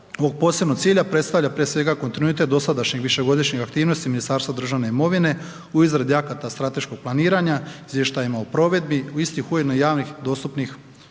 ovog posebnog cilja predstavlja prije svega kontinuitet dosadašnje višegodišnje aktivnosti Ministarstva državne imovine u izradi akata strateškog planiranja, izvještajima u provedbi, istih ujedno i javnih, dostupnih,